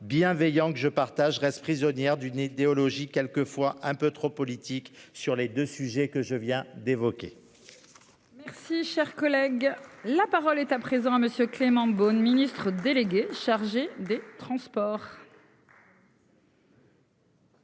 bienveillant que je partage reste prisonnière d'une idéologie quelques fois un peu trop politique sur les deux sujets que je viens d'évoquer.-- Merci, cher collègue, la parole est à présent à monsieur Clément Beaune Ministre délégué chargé des Transports.